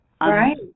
Right